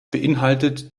beinhaltet